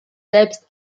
selbst